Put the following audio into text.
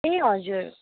ए हजुर